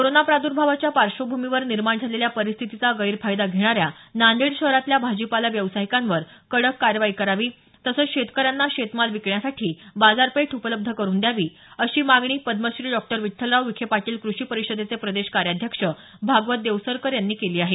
corona प्रादर्भावाच्या पार्श्वभूमीवर निर्माण झालेल्या परिस्थितीचा गैरफायदा घेणाऱ्या नांदेड शहरातील भाजीपाला व्यावसायिकांवर कडक कारवाई करावी तसंच शेतकऱ्यांना शेतमाल विकण्यासाठी बाजारपेठ उपलब्ध करून द्यावी अशी मागणी पद्मश्री डॉ विठ्ठलराव विखे पाटील कृषी परिषदेचे प्रदेश कार्याध्यक्ष भागवत देवसरकर यांनी केली आहे